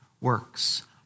works